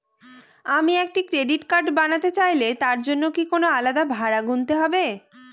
আমি একটি credit card বানাতে চাইলে তার জন্য কি কোনো আলাদা ভাড়া গুনতে হবে?